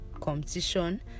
competition